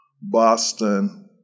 Boston –